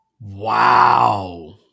Wow